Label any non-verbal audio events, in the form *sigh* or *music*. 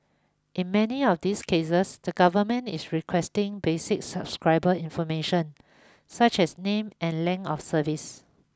in many of these cases the government is requesting basic *noise* subscriber information such as name and length of service